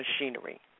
machinery